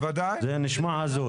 זה נשמע הזוי.